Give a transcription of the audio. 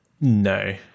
No